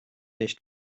nicht